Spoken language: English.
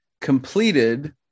completed